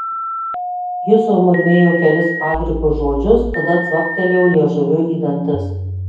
jis sumurmėjo kelis padrikus žodžius tada cvaktelėjo liežuviu į dantis